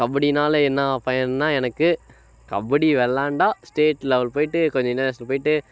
கபடியினால என்ன பயன்னா எனக்கு கபடி விளாண்டா ஸ்டேட் லெவல் போய்ட்டு கொஞ்சம் இன்டர்நேஷ்னல் போய்ட்டு